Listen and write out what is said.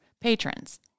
patrons